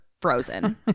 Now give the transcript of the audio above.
frozen